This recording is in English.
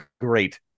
great